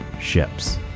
ships